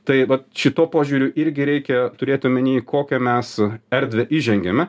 tai šituo požiūriu irgi reikia turėti omeny į kokią mes erdvę įžengiame